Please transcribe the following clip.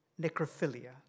necrophilia